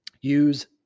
use